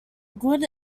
good